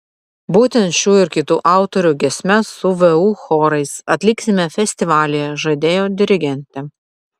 būtent šių ir kitų autorių giesmes su vu chorais atliksime festivalyje žadėjo dirigentė